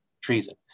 treason